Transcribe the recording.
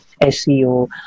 SEO